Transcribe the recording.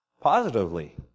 Positively